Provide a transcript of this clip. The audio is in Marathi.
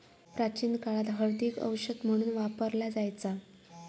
प्राचीन काळात हळदीक औषध म्हणून वापरला जायचा